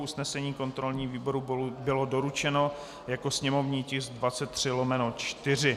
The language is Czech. Usnesení kontrolního výboru bylo doručeno jako sněmovní tisk 23/4.